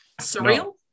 Surreal